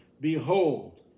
Behold